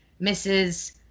Mrs